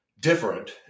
Different